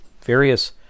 various